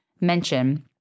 mention